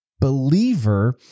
believer